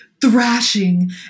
thrashing